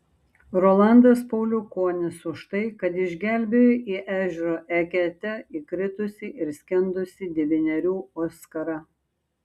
rolandas pauliukonis už tai kad išgelbėjo į ežero eketę įkritusį ir skendusį devynerių oskarą